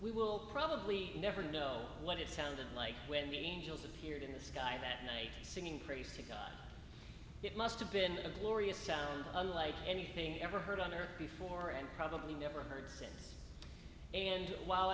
we will probably never know what it sounded like when the angels appeared in the sky that night singing praise to god it must have been a glorious sound unlike anything ever heard on earth before and probably never heard in and while